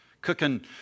cooking